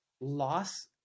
Loss